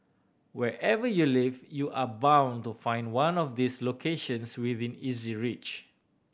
wherever you live you are bound to find one of these locations within easy reach